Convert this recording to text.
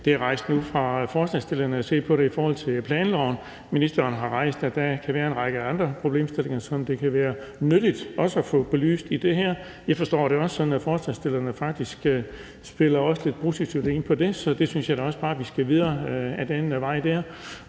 Det er rejst af forslagsstillerne at se på det i forhold til planloven. Ministeren har rejst, at der kan være en række andre problemstillinger, som det kan være nyttigt også at få belyst i det her. Jeg forstår det også sådan, at forslagsstillerne faktisk spiller lidt russisk violin på det, så jeg synes da også, at vi bare skal videre ad den vej.